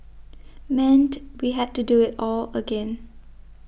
meant we had to do it all again